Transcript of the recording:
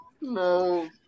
No